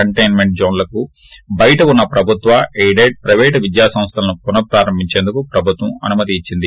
containment జోన్లేకు బయట ఉన్న ప్రభుత్వ ఎయిడెడ్ పైపేటు విద్యాసంస్థలను పునఃప్రారంభించేందుకు ప్రభుత్వం అనుమతి ఇచ్చింది